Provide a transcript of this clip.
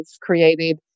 created